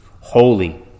holy